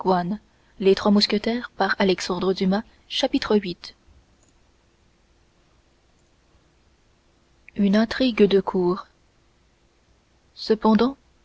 mousquetaires chapitre viii une intrigue de coeur chapitre